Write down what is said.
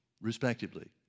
respectively